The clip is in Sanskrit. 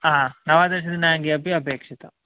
हा नवदशदिनाङ्के अपि अपेक्षितं